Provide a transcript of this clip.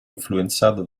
influenzato